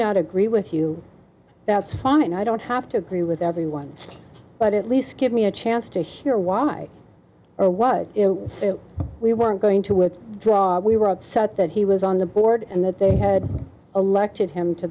not agree with you that's fine i don't have to agree with everyone but at least give me a chance to hear why or why we weren't going to work while we were upset that he was on the board and that they had elected him to